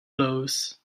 blows